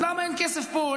למה אין כסף פה?